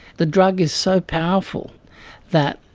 the drug is so powerful that,